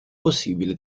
possibile